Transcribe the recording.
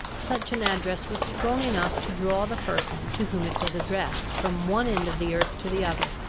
such an address was strong enough to draw the person to whom it was addressed from one end of the earth to the other.